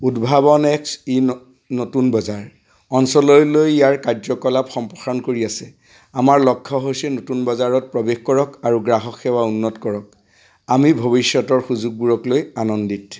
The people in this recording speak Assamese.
উদ্ভাৱন এক্স ই নতুন বজাৰ অঞ্চললৈ ইয়াৰ কাৰ্য্যকলাপ সম্প্ৰসাৰণ কৰি আছে আমাৰ লক্ষ্য হৈছে নতুন বজাৰত প্ৰৱেশ কৰক আৰু গ্ৰাহক সেৱা উন্নত কৰক আমি ভৱিষ্যতৰ সুযোগবোৰক লৈ আনন্দিত